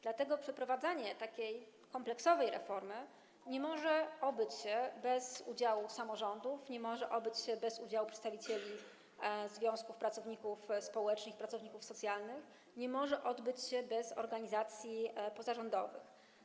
Dlatego przeprowadzanie takiej kompleksowej reformy nie może odbyć się bez udziału samorządów, nie może odbyć się bez udziału przedstawicieli związków pracowników społecznych i pracowników socjalnych, nie może odbyć się bez udziału organizacji pozarządowych.